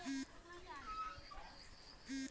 पैसा अर्थवैवस्थात विनिमयेर साधानेर तरह काम करोहो